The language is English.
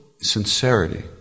sincerity